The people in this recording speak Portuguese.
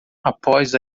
após